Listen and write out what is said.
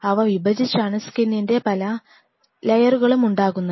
അവ വിഭജിച്ചാണ് സ്കിനിൻറെ പല ലെയറുകളും ഉണ്ടാകുന്നത്